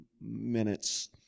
minutes